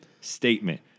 statement